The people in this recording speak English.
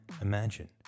Imagine